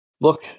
look